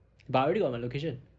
but I already got my location